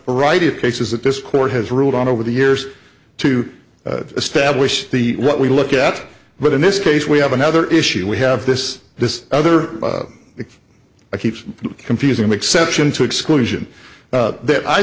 variety of cases that this court has ruled on over the years to establish the what we look at but in this case we have another issue we have this this other i keep confusing exception to exclusion that i